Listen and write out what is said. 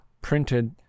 printed